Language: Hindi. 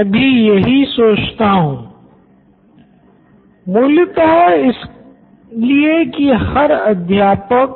मैं भी यही सोचता हूँ Siddharth Maturi CEO Knoin electronics मूलत इसलिए की हर अध्यापक छात्र से अपने विषय की अलग नोट बुक बनवाना चाहता है जिससे वो उसे सत्यापित कर सके